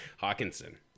Hawkinson